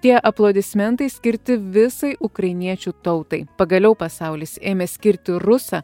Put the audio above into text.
tie aplodismentai skirti visai ukrainiečių tautai pagaliau pasaulis ėmė skirti rusą